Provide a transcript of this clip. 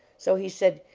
so he said,